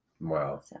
Wow